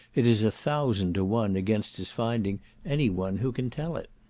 it is a thousand to one against his finding any one who can tell it.